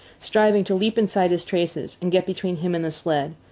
striving to leap inside his traces and get between him and the sled,